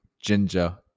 ginger